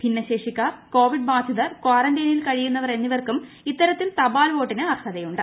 ഭിന്നശേഷിക്കാർ covid ബാധിതർ ക്വാറന്റൈനിൽ കഴിയുന്നവർ എന്നിവർക്കും ഇത്തരത്തിൽ തപാൽ വോട്ടിന് അർഹൃത്ത്യുണ്ട്